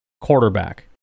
quarterback